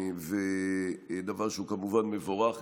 דבר שהוא כמובן מבורך,